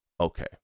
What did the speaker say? Okay